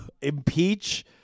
impeach –